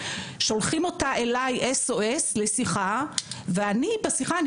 שולחים אותה אליי SOS לשיחה ואני בשיחה אני